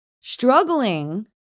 struggling